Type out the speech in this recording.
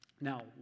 Now